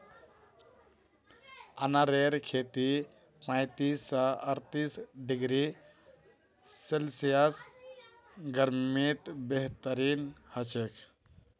अनारेर खेती पैंतीस स अर्तीस डिग्री सेल्सियस गर्मीत बेहतरीन हछेक